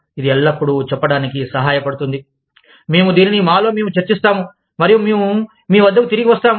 ఇది ఎల్లప్పుడూ చెప్పడానికి సహాయపడుతుంది మేము దీనిని మాలో మేము చర్చిస్తాము మరియు మేము మీ వద్దకు తిరిగి వస్తాము